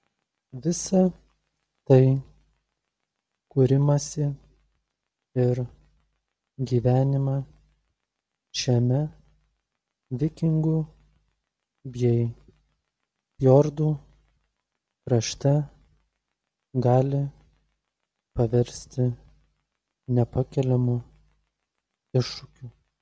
visa tai kūrimąsi ir gyvenimą šiame vikingų bei fjordų krašte gali paversti nepakeliamu iššūkiu